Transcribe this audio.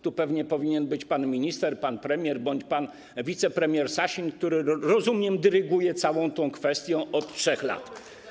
Tu pewnie powinien być pan minister, pan premier bądź pan wicepremier Sasin, który - jak rozumiem - dyryguje całą tą kwestią od 3 lat.